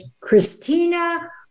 Christina